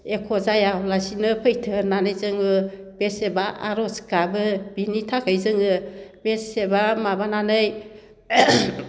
एख' जायालासिनो फैथो होननानै जोङो बेसेबा आर'ज गाबो बिनि थाखाय जोङो बेसेबा माबानानै